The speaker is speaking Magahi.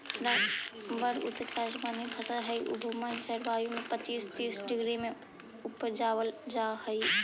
रबर ऊष्णकटिबंधी फसल हई जे भूमध्य जलवायु में पच्चीस से तीस डिग्री में उपजावल जा हई